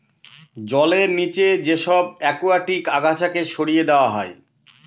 জলের নিচে যে সব একুয়াটিক আগাছাকে সরিয়ে দেওয়া হয়